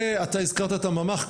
ואתה הזכרת את הממ"ח.